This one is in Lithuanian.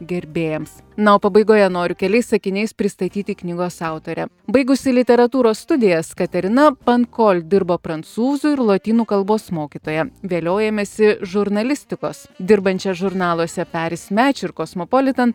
gerbėjams na o pabaigoje noriu keliais sakiniais pristatyti knygos autorę baigusi literatūros studijas katerina pankol dirba prancūzų ir lotynų kalbos mokytoja vėliau ėmėsi žurnalistikos dirbančia žurnaluose paris match ir cosmopolitan